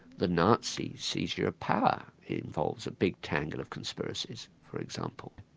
the nazis seizure of power it involves a big tangle of conspiracies for example.